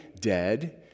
dead